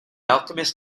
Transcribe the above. alchemist